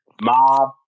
Mob